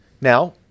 Now